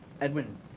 Edwin